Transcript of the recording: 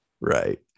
right